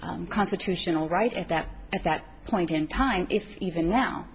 constitutional right at that at that point in time if even now